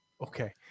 okay